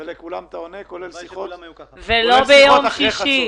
ועד היום לא הייתה שום התייחסות לסכום הזה.